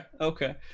okay